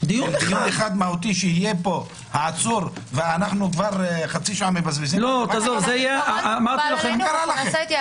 לדיון אחד מהותי שיהיה פה העצור ואנחנו חצי שעה מבזבזים מה קרה לכם?